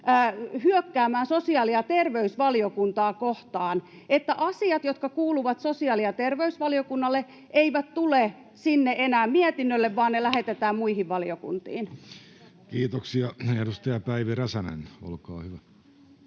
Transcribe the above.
hyökkäämään sosiaali- ja terveysvaliokuntaa kohtaan — että asiat, jotka kuuluvat sosiaali- ja terveysvaliokunnalle, eivät tule sinne enää mietinnölle vaan ne lähetetään muihin valiokuntiin. Kiitoksia. — Edustaja Päivi Räsänen, olkaa hyvä.